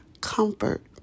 comfort